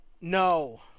no